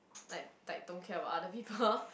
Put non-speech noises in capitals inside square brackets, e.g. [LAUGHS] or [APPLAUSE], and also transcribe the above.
like like don't care about other people [LAUGHS]